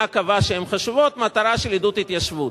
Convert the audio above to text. קבעה שהן חשובות מטרה של עידוד התיישבות.